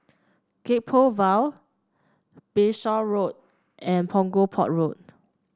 Gek Poh Ville Bayshore Road and Punggol Port Road